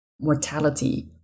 mortality